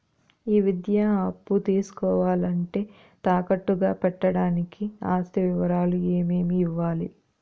ఈ విద్యా అప్పు తీసుకోవాలంటే తాకట్టు గా పెట్టడానికి ఆస్తి వివరాలు ఏమేమి ఇవ్వాలి?